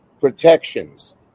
protections